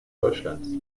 deutschlands